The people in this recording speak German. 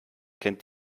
kennt